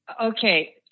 Okay